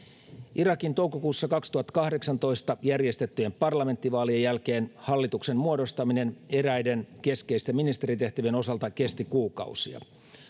irakin toukokuussa kaksituhattakahdeksantoista järjestettyjen parlamenttivaalien jälkeen hallituksen muodostaminen eräiden keskeisten ministeritehtävien osalta kesti kuukausia